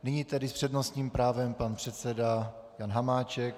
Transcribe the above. Nyní tedy s přednostním právem pan předseda Jan Hamáček.